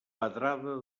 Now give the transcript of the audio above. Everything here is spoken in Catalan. pedrada